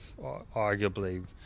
arguably